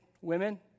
women